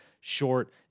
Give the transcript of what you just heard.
short